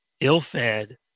ill-fed